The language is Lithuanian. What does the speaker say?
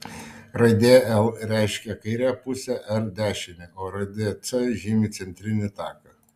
raidė l reiškia kairę pusę r dešinę o raidė c žymi centrinį taką